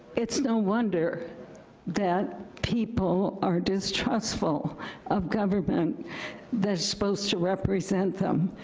it's no wonder that people are distrustful of government that's supposed to represent them.